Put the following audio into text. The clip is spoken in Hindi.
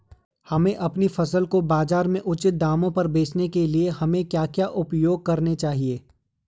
हमें अपनी फसल को बाज़ार में उचित दामों में बेचने के लिए हमें क्या क्या उपाय करने चाहिए?